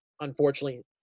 unfortunately